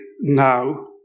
now